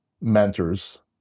mentors